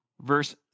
Verse